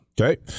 Okay